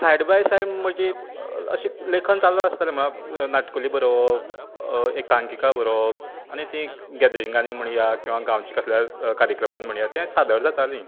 side by side म्हजीं अशें लेखन चालू आसतालें म्हणळ्यार नाटकुलें बरोवप एकांकिका बरोवप आनी तीं गेदरिंगानी म्हणया किंवां गांवच्या कसल्याय कार्यक्रमान म्हणया तें सादर जातालीं